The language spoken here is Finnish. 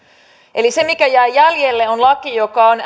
eli se mikä jää jäljelle on laki joka on